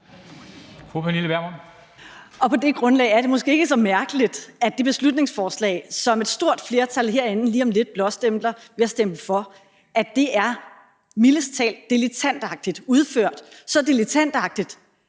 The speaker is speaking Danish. På det grundlag er det måske ikke så mærkeligt, at det beslutningsforslag, som et stort flertal herinde lige om lidt blåstempler ved at stemme for, mildest talt er dilettantagtigt udført – så dilettantagtigt,